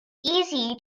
easy